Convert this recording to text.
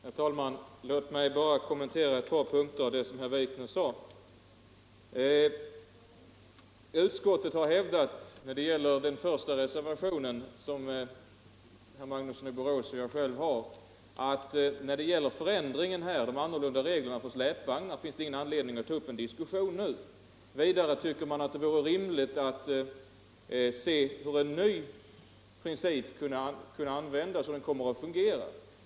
Herr talman! Låt mig bara kommentera ett par punkter i herr Wikners anförande. När det gäller reservationen 1 av herr Magnusson i Borås och mig har utskottet hävdat att det inte finns någon anledning att nu ta upp en diskussion om förändring av reglerna för släpvagnar. Vidare tycker man att det vore rimligt att först se hur den nya principen kommer att fungera.